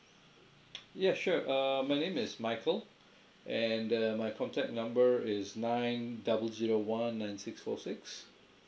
yes sure err my name is michael and uh my contact number is nine double zero one nine six four six